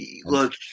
Look